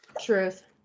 Truth